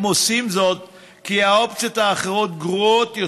הם עושים זאת כי האופציות האחרות גרועות יותר.